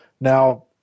Now